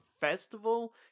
festival